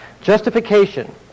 Justification